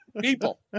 people